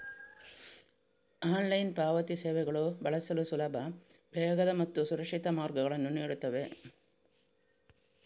online ಪಾವತಿ ಸೇವೆಗಳು ಬಳಸಲು ಸುಲಭ, ವೇಗದ ಮತ್ತು ಸುರಕ್ಷಿತ ಮಾರ್ಗಗಳನ್ನು ನೀಡುತ್ತವೆ